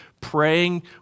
praying